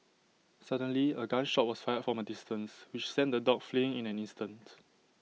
suddenly A gun shot was fired from A distance which sent the dogs fleeing in an instant